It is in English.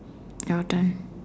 your turn